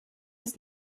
ist